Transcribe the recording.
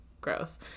gross